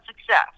success